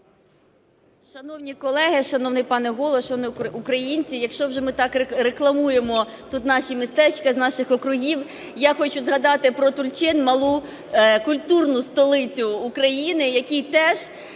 Шановні колеги, шановний пане Голово, шановні українці, якщо ми вже так рекламуємо тут наші містечка з наших округів, я хочу згадати про Тульчин – малу культурну столицю України, який теж